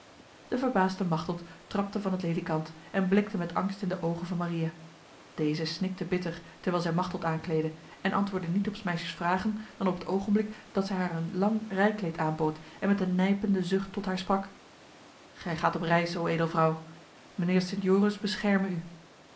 de verbaasde machteld trapte van het ledikant en blikte met angst in de ogen van maria deze snikte bitter terwijl zij machteld aankleedde en antwoordde niet op s meisjes vragen dan op het ogenblik dat zij haar een lang rijkleed aanbood en met een nijpende zucht tot haar sprak gij gaat op reis o edelvrouw mijnheer sint joris bescherme u